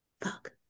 fuck